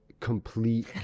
complete